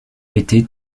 été